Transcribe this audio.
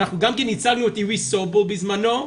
אנחנו גם ייצגנו את סובול בזמנו,